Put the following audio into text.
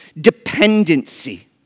dependency